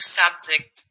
subject